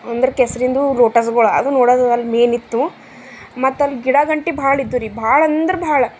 ಅಂದರ ಕೆಸರಿಂದು ಲೋಟಸ್ಗಳು ಅದು ನೋಡೋದು ಅಲ್ಲಿ ಮೇನಿತ್ತು ಮತ್ತಲ್ಲಿ ಗಿಡ ಗಂಟಿ ಭಾಳ ಇದ್ದುರೀ ಭಾಳ ಅಂದ್ರ ಭಾಳ